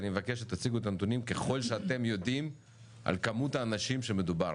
אני מבקש שתציגו את הנתונים ככל שאתם יודעים על כמות האנשים שמדובר.